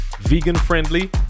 vegan-friendly